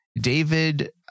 David